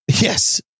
Yes